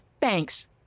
Thanks